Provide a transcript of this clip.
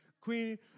Queen